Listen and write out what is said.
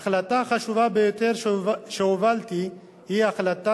ההחלטה החשובה ביותר שהובלתי היא החלטת